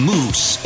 Moose